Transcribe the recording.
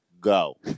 Go